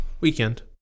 Weekend